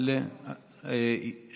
אינו נוכח,